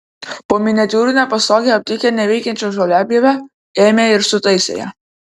po miniatiūrine pastoge aptikę neveikiančią žoliapjovę ėmė ir sutaisė ją